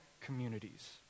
communities